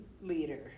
leader